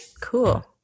Cool